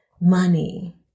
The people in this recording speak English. money